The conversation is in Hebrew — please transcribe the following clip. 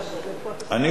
אני חושבת,